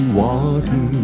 water